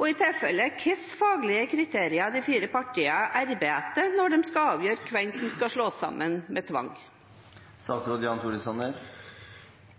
og i så tilfelle hvilke faglige kriterier de fire partiene arbeider etter når de skal avgjøre hvem som skal slås sammen med tvang.